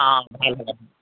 অঁ ভাল ভাল